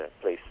place